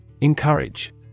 Encourage